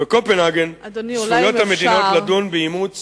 בקופנהגן עשויות המדינות לדון באימוץ